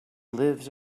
lives